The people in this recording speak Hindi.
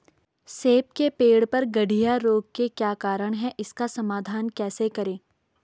सेब के पेड़ पर गढ़िया रोग के क्या कारण हैं इसका समाधान कैसे करें?